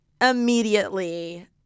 immediately